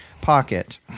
pocket